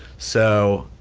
so,